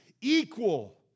equal